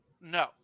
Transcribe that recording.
no